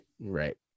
Right